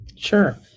Sure